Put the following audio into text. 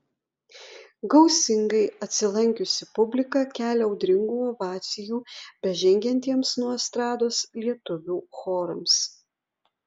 gausingai atsilankiusi publika kelia audringų ovacijų bežengiantiems nuo estrados lietuvių chorams